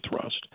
thrust